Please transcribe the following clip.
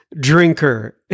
drinker